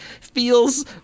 feels